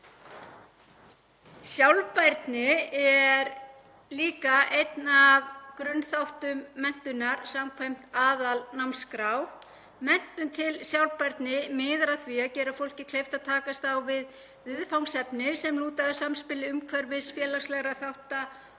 Sjálfbærni er líka einn af grunnþáttum menntunar samkvæmt aðalnámskrá. Menntun til sjálfbærni miðar að því að gera fólki kleift að takast á við viðfangsefni sem lúta að samspili umhverfis, félagslegra þátta